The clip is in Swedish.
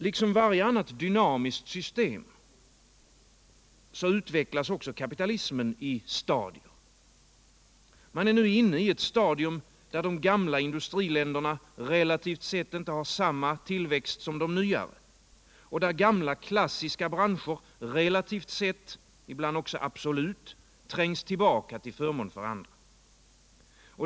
Liksom varje annat dynamiskt system utvecklas även kapitalismen i stadier. Man är nu inne i ett stadium där de gamla industriländerna relativt sett inte har samma tillväxt som de nyare och där gamla klassiska branscher relativt sett - ibland också absolut — trängs tillbaka till förmån för andra.